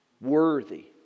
worthy